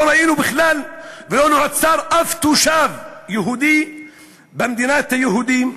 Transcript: לא ראינו בכלל ולא נעצר אף תושב יהודי במדינת היהודים,